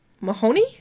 Mahoney